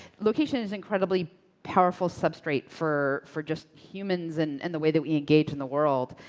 location is incredibly powerful substrate for for just humans and and the way that we engage in the world.